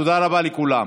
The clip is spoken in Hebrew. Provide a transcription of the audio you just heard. תודה רבה לכולם.